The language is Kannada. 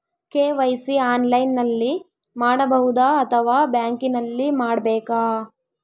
ಕೆ.ವೈ.ಸಿ ಆನ್ಲೈನಲ್ಲಿ ಮಾಡಬಹುದಾ ಅಥವಾ ಬ್ಯಾಂಕಿನಲ್ಲಿ ಮಾಡ್ಬೇಕಾ?